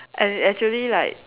and actually like